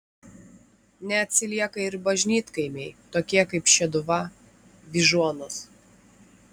neatsilieka ir bažnytkaimiai tokie kaip šeduva vyžuonos